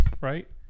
Right